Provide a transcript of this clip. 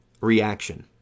reaction